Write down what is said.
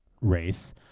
race